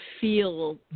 feel